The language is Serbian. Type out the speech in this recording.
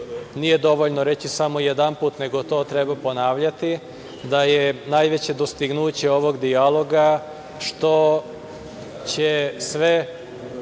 nije dovoljno reći samo jedanput, nego to treba ponavljati, da je najveće dostignuće ovog dijaloga što će sve